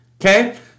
Okay